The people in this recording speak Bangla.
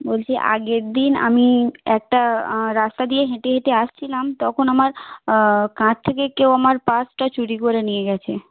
বলছি আগের দিন আমি একটা রাস্তা দিয়ে হেঁটে হেঁটে আসছিলাম তখন আমার কাঁধ থেকে কেউ আমার পার্সটা চুরি করে নিয়ে গেছে